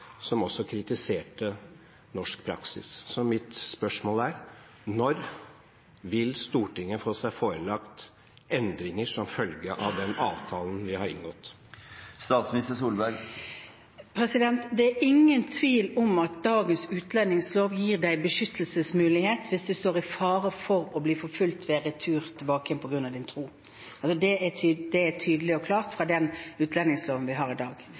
som også kritiserte norsk praksis. Så mitt spørsmål er: Når vil Stortinget få seg forelagt endringer som følge av den avtalen vi har inngått? Det er ingen tvil om at dagens utlendingslov gir beskyttelsesmulighet hvis en står i fare for å bli forfulgt ved retur på grunn av sin tro. Det er tydelig og klart i den utlendingsloven vi har i dag.